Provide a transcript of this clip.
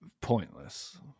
pointless